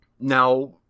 now